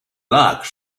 lac